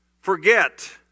Forget